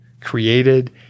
created